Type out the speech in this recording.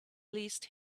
least